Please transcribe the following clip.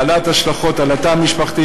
בעלת השלכות על התא המשפחתי,